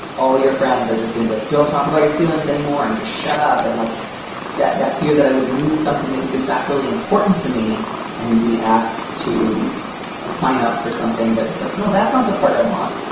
all your friends are just going to be, like, don't talk about your feelings anymore and just shut up and like that that fear that i would lose something that was, in fact, really important to me and be asked to sign up for something that was, like, no, that's not the part i want.